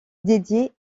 dédiée